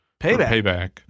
payback